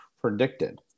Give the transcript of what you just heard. predicted